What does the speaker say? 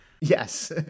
Yes